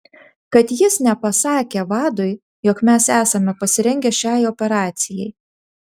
kad jis nepasakė vadui jog mes esame pasirengę šiai operacijai